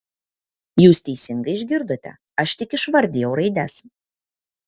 jūs teisingai išgirdote aš tik išvardijau raides